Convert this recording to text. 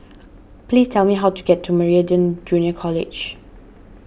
please tell me how to get to Meridian Junior College